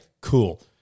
cool